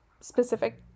specific